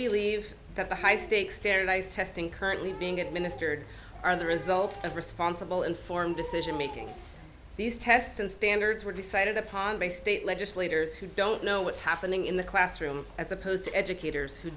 believe that the high stakes standardized testing currently being administered are the result of responsible informed decision making these tests and standards were decided upon by state legislators who don't know what's happening in the classroom as opposed to educators who